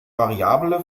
variable